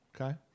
Okay